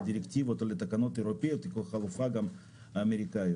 לדירקטיבות או לתקנות אירופיות ולחלופה גם לאמריקאיות.